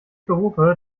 berufe